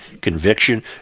conviction